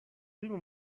primo